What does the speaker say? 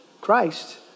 Christ